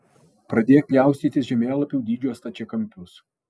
pradėk pjaustyti žemėlapių dydžio stačiakampius